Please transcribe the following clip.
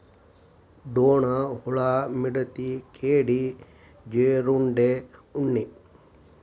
ಡೋಣ ಹುಳಾ, ವಿಡತಿ, ಕೇಡಿ, ಜೇರುಂಡೆ, ಉಣ್ಣಿ